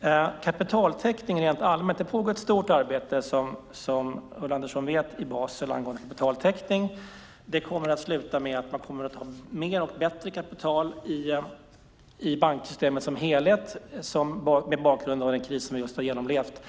När det gäller kapitaltäckning rent allmänt pågår det ett stort arbete, som Ulla Andersson vet, i Basel angående kapitaltäckning. Det kommer att sluta med att man kommer att ha mer och bättre kapital i banksystemen som helhet mot bakgrund av den kris som vi just har genomlevt.